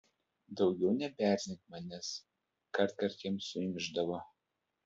daugiau nebeerzink manęs kartkartėm suinkšdavo